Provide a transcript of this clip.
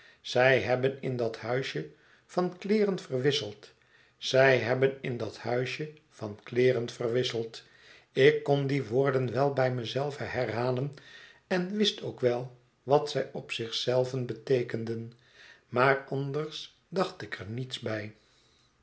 zij hebben in dat huisje van kleeren verwisseld zij hebben in dat huisje van kleeren verwisseld ik kon die woorden wel bij mij zelve herhalen en wist ook wel wat zij op zich zelven beteekenden maar anders dacht ik er niets bij